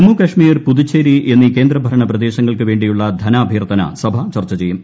ജമ്മുകശ്മീർ പുതുച്ചേരി എന്നീ കേന്ദ്രഭരണ പ്രദേശങ്ങൾക്ക് വേണ്ടിയുള്ള ധനാഭ്യർത്ഥന സഭ ചർച്ച ചെയ്യും